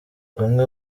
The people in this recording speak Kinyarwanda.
bamwe